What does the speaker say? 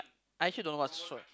I actually don't know what's